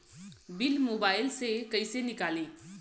Bill mobile से कईसे निकाली?